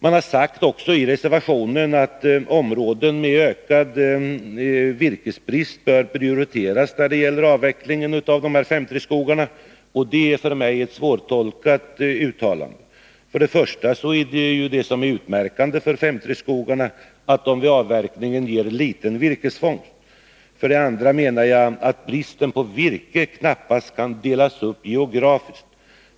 I reservationen sägs också att områden med ökad virkesbrist bör prioriteras när det gäller avvecklingen av 5:3-skogarna, och det är för mig ett svårtolkat uttalande. För det första är ju det utmärkande för 5:3-skogarna att de vid avverkningen ger liten virkesfångst. För det andra menar jag att bristen på virke knappast kan delas upp geografiskt.